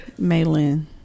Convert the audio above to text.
Maylin